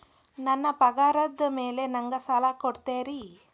ನನ್ನ ಪಗಾರದ್ ಮೇಲೆ ನಂಗ ಸಾಲ ಕೊಡ್ತೇರಿ?